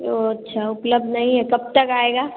तो अच्छा उपलब्ध नहीं है कब तक आएगा